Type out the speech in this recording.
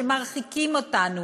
שמרחיקים אותנו,